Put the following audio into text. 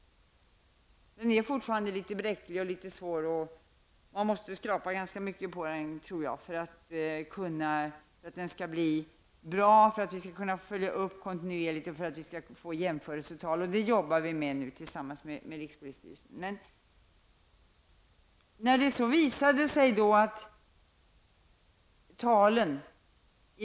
Den är fortfarande litet bräcklig, och man man måste skrapa ganska mycket på den för att vi skall kunna följa utvecklingen kontinuerligt och få jämförelsetal. Detta jobbar vi med tillsammans med rikspolisstyrelsen.